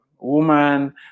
woman